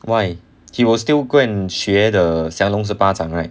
why he was still go and 学 the 降龙十八掌 right